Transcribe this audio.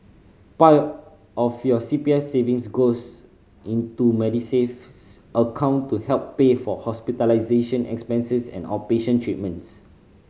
part of your C P F savings goes into Medisave account to help pay for hospitalization expenses and outpatient treatments